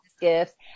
gifts